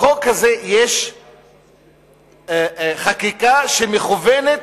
בחוק הזה יש חקיקה שמכוונת,